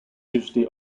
usually